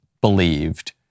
believed